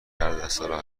دردسرا